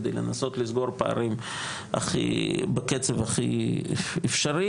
כדי לנסות לסגור פערים בקצב הכי אפשרי.